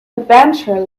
adventurer